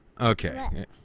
Okay